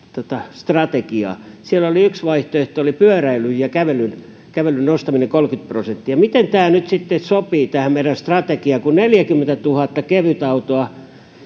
strategiaa siellä yksi vaihtoehto oli pyöräilyn ja kävelyn kävelyn nostaminen kolmellakymmenellä prosentilla miten tämä nyt sitten sopii tähän meidän strategiaan kun neljäkymmentätuhatta kevytautoa